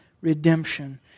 redemption